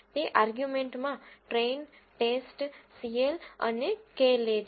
તે આર્ગ્યુમેન્ટ માં train test cl અને k લે છે